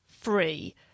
free